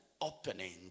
opening